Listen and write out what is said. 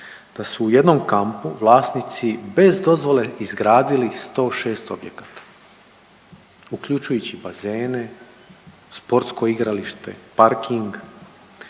da su u jednom kampu vlasnici bez dozvole izgradili 106 objekata uključujući bazene, sportsko igralište, parking,